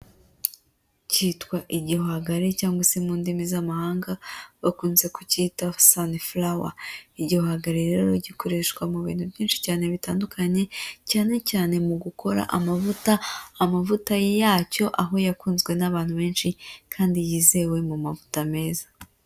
Cyitwa igihwagari cyangwa se mu ndimi z'amahanga bakunze kucyita "sunflower". Igihwagari rero gikoreshwa mu bintu byinshi cyane bitandukanye, haguye cyanecyane mu gukora amavuta, amavuta yacyo aho yakunzwe n'abantu benshi, kandi yizewe mu mavuta meza.